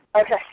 Okay